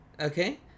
okay